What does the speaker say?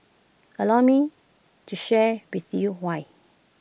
allow me to share with you why